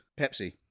Pepsi